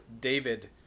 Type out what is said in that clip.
David